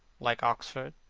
like oxford,